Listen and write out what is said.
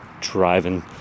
driving